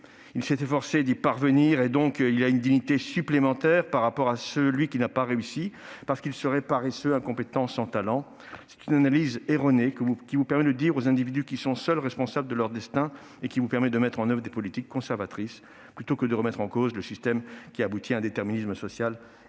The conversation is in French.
il s'est efforcé d'y parvenir et donc il a une dignité supplémentaire par rapport à celui qui n'a pas « réussi », parce qu'il serait paresseux, incompétent, sans talent. C'est une analyse erronée qui vous permet de dire aux individus qu'ils sont seuls responsables de leur destin, et de mettre en oeuvre des politiques conservatrices plutôt que de remettre en cause ce déterminisme social et